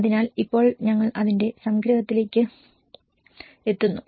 അതിനാൽ ഇപ്പോൾ ഞങ്ങൾ അതിന്റെ സംഗ്രഹത്തിലെത്തുന്നു